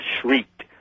shrieked